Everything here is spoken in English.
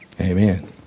Amen